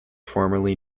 formerly